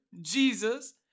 Jesus